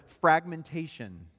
fragmentation